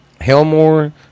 Helmore